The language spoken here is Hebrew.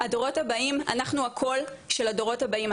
הדורות הבאים אנחנו הקול של הדורות הבאים,